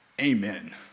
Amen